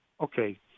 okay